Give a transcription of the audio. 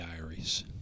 Diaries